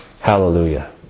Hallelujah